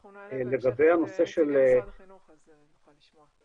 אנחנו נעלה בהמשך את נציג משרד החינוך אז נוכל לשמוע.